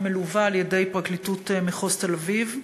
היא מלווה על-ידי פרקליטות מחוז תל-אביב.